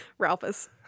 Ralphus